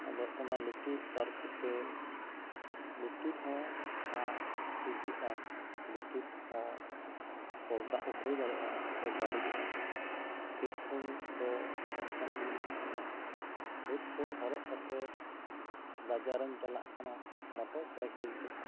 ᱟᱫᱚ ᱚᱱᱟ ᱞᱩᱛᱩᱨ ᱛᱟᱨᱠᱚ ᱛᱮ ᱞᱩᱛᱩᱨ ᱦᱚᱸ ᱠᱷᱟᱸ ᱥᱤᱨᱡᱟᱜᱼᱟ ᱞᱩᱛᱩᱨ ᱦᱚᱸ ᱯᱚᱨᱫᱟ ᱩᱴᱷᱟᱹᱣ ᱫᱟᱲᱮᱭᱟᱜᱼᱟ ᱥᱮ ᱵᱟᱹᱲᱤᱡᱚᱜᱼᱟ ᱦᱮᱰᱯᱷᱳᱱ ᱫᱚ ᱱᱚᱝᱠᱟᱱ ᱡᱤᱱᱤᱥ ᱠᱟᱱᱟ ᱦᱮᱰᱯᱷᱳᱱ ᱦᱚᱨᱚᱜ ᱠᱟᱛᱮᱜ ᱵᱟᱡᱟᱨ ᱮᱢ ᱪᱟᱞᱟᱜ ᱠᱟᱱᱟ ᱢᱚᱴᱚᱨᱥᱟᱭᱠᱤᱞ ᱛᱮ